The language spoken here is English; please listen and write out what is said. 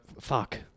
fuck